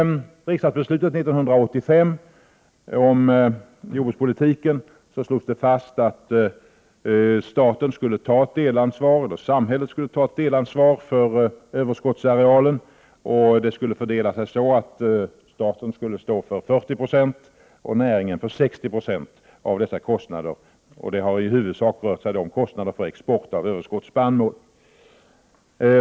I riksdagsbeslutet 1985 om jordbrukspolitiken slogs det fast att samhället skulle ta ett delansvar för överskottsarealen. Fördelningen skulle bli den att staten skulle stå för 40 96 och näringen för 60 90 av dessa kostnader, varvid det i första hand har rört sig om kostnader för export av överskottsspannmål.